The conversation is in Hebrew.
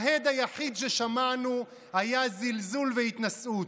ההד היחיד ששמענו היה זלזול והתנשאות.